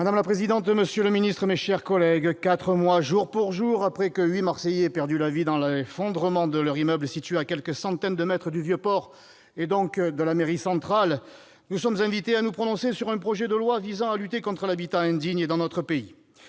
Madame la présidente, monsieur le ministre, mes chers collègues, quatre mois jour pour jour après que huit Marseillais ont perdu la vie dans l'effondrement de leur immeuble situé à quelques centaines de mètres du Vieux-Port, et donc de la mairie centrale, nous sommes invités à nous prononcer sur une proposition de loi visant à lutter contre l'habitat indigne dans notre pays.